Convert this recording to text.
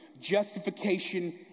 justification